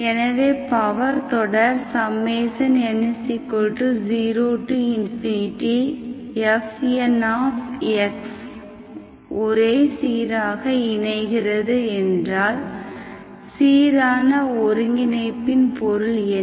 எனவே பவர் தொடர் n 0fn ஒரே சீராக இணைகிறது என்றால் சீரான ஒருங்கிணைப்பின் பொருள் என்ன